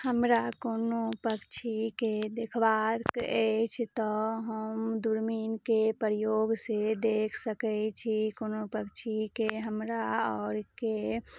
हमरा कोनो पक्षीके देखबाक अछि तऽ हम दुरबीनके प्रयोग सऽ देख सकैत छी कोनो पक्षीके हमरा आरके